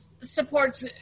supports